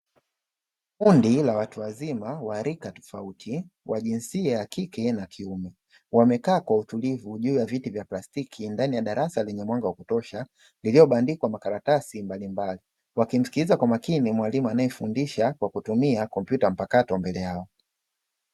Kundi la watu wazima wa rika tofauti wa jinsia ya kike na kiume, wamekaa kwa utulivu juu ya viti vya plastiki ndani ya darasa lenye mwanga wa kutosha iliyobandikwa makaratasi mbalimbali, wakimsikiliza kwa makini mwalimu anayefundisha kwa kutumia kompyuta mpakato mbele yao.